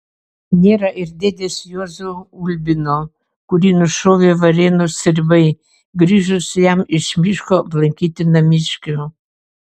nėra ir dėdės juozo ulbino kurį nušovė varėnos stribai grįžus jam iš miško aplankyti namiškių